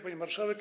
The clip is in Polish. Pani Marszałek!